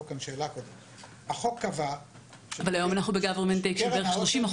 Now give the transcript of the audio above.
אבל היום ה- government takeהוא של כ-30%.